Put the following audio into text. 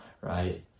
right